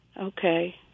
Okay